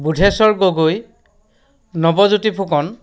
Budheswar Gogoi Nabajyoti Phukan